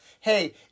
hey